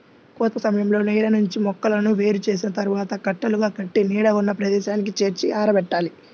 కోత సమయంలో నేల నుంచి మొక్కలను వేరు చేసిన తర్వాత కట్టలుగా కట్టి నీడ ఉన్న ప్రదేశానికి చేర్చి ఆరబెట్టాలి